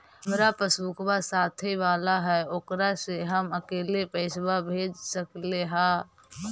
हमार पासबुकवा साथे वाला है ओकरा से हम अकेले पैसावा भेज सकलेहा?